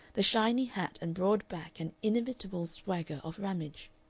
the shiny hat and broad back and inimitable swagger of ramage.